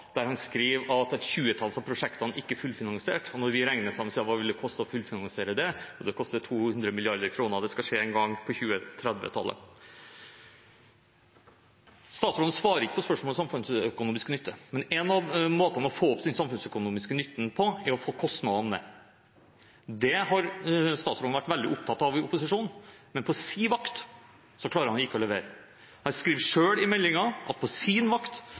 der han skriver at et tjuetalls prosjekter ikke er fullfinansiert. Når vi regner sammen hva det vil koste å fullfinansiere dem, vil det koste 200 mrd. kr, og det skal skje en gang på 2030-tallet. Statsråden svarer ikke på spørsmålet om samfunnsøkonomisk nytte. Én måte å få opp den samfunnsøkonomiske nytten på er å få kostnadene ned. Det har statsråden vært veldig opptatt av i opposisjon, men på sin vakt klarer han ikke å levere. Han skriver selv i meldingen at på hans vakt